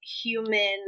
human